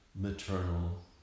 maternal